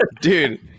Dude